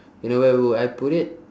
you know where would I put it